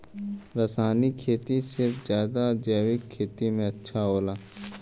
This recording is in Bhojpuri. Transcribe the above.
रासायनिक खेती से ज्यादा जैविक खेती अच्छा होला